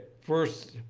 First